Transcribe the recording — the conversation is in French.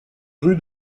rue